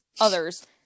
others